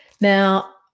Now